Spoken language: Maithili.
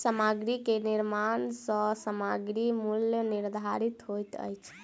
सामग्री के निर्माण सॅ सामग्रीक मूल्य निर्धारित होइत अछि